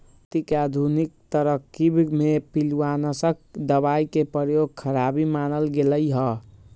खेती के आधुनिक तरकिब में पिलुआनाशक दबाई के प्रयोग खराबी मानल गेलइ ह